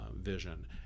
vision